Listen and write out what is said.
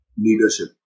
leadership